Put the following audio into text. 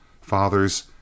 Father's